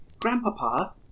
Grandpapa